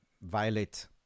violet